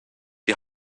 die